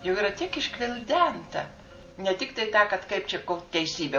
jau yra tiek išgvildenta ne tiktai tą kad kaip čia kol teisybę